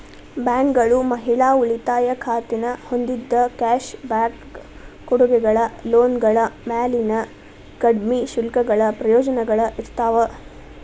ಬ್ಯಾಂಕ್ಗಳು ಮಹಿಳಾ ಉಳಿತಾಯ ಖಾತೆನ ಹೊಂದಿದ್ದ ಕ್ಯಾಶ್ ಬ್ಯಾಕ್ ಕೊಡುಗೆಗಳ ಲೋನ್ಗಳ ಮ್ಯಾಲಿನ ಕಡ್ಮಿ ಶುಲ್ಕಗಳ ಪ್ರಯೋಜನಗಳ ಇರ್ತಾವ